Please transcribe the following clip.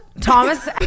Thomas